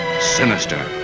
sinister